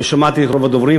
ושמעתי את רוב הדוברים.